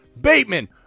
Bateman